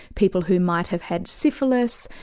people who might have had syphilis,